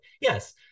Yes